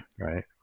Right